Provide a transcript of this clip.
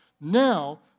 Now